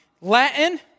Latin